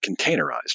containerized